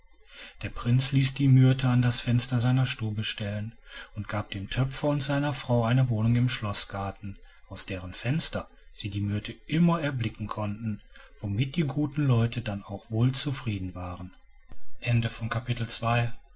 der prinz ließ die myrte an das fenster seiner stube stellen und gab dem töpfer und seiner frau eine wohnung im schloßgarten aus deren fenster sie die myrte immer erblicken konnten womit die guten leute dann auch wohl zufrieden waren